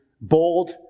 bold